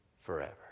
forever